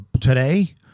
today